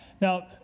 Now